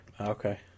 Okay